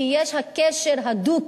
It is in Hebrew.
כי יש לה קשר הדוק,